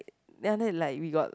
ya that like we got